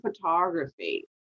photography